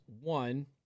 one